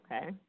Okay